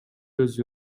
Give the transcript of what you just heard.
өзү